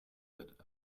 that